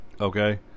Okay